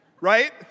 right